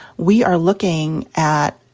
we are looking at,